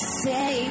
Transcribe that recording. say